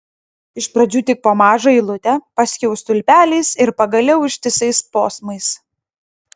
iš pradžių tik po mažą eilutę paskiau stulpeliais ir pagaliau ištisais posmais